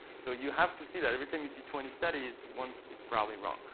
so you have to see that. every time you see twenty studies, one is probably wrong.